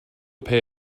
pay